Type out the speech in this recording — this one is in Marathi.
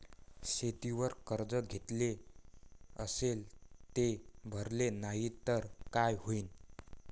शेतीवर कर्ज घेतले अस ते भरले नाही तर काय होईन?